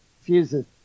fuses